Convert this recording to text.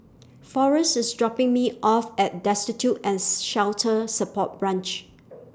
Forest IS dropping Me off At Destitute and Shelter Support Branch